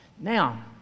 Now